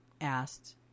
asked